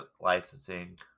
licensing